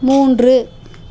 மூன்று